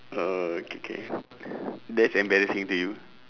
oh K K that's embarrassing to you